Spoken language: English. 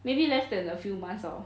maybe less than a few months or